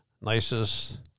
nicest